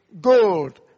gold